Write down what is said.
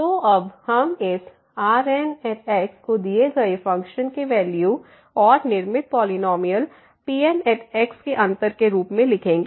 तो अब हम इस Rn को दिए गए फ़ंक्शन के वैल्यू और निर्मित पॉलिनॉमियल Pn के अंतर के रूप में लिखेंगे